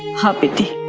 happy